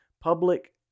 public